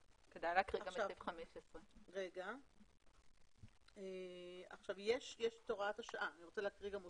כדאי להקריא גם את סעיף 15. יש את הוראת השעה ואני רוצה להקריא גם אותה.